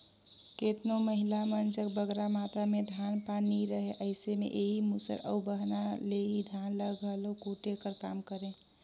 केतनो महिला मन जग बगरा मातरा में धान पान नी रहें अइसे में एही मूसर अउ बहना ले ही धान ल घलो कूटे कर काम करें